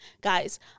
Guys